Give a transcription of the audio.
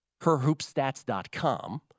HerHoopStats.com